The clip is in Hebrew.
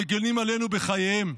מגינים עלינו בחייהם,